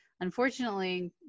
Unfortunately